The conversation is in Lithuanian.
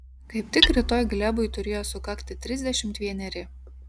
kaip tik rytoj glebui turėjo sukakti trisdešimt vieneri